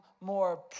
more